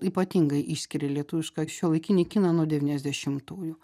ypatingai išskiria lietuvišką šiuolaikinį kiną nuo devyniasdešimtųjų